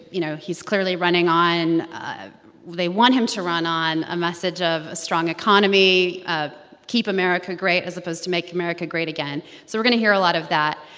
you know, he's clearly running on ah they want him to run on a message of a strong economy, of keep america great as opposed to make america great again. so we're going to hear a lot of that.